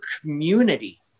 community